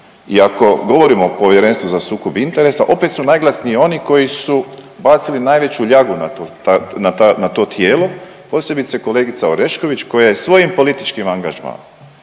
ako govorimo o Povjerenstvu za sukob interesa, opet su najglasniji oni koji su bacili najveću ljagu na tu, na to tijelo, posebice kolegica Orešković koja je svojim političkim angažmanom